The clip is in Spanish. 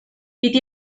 piti